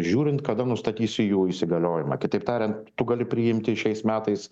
žiūrint kada nustatysiu jų įsigaliojimą kitaip tariant tu gali priimti šiais metais